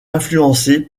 influencé